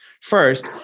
first